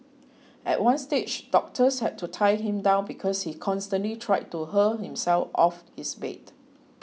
at one stage doctors had to tie him down because he constantly tried to hurl himself off his bed